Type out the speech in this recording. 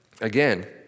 again